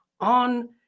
on